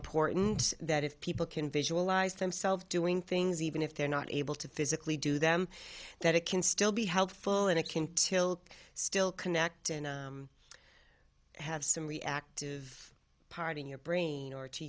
important that if people can visualize themselves doing things even if they're not able to physically do them that it can still be helpful and it can tilt still connected have some reactive part in your brain or to